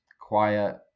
quiet